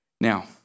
Now